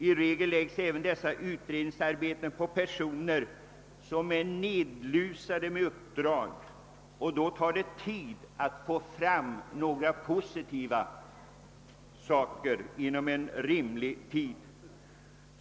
I regel läggs även utredningsarbetena på personer som är nedlusade med uppdrag, och då tar det tid att få fram några positiva resultat.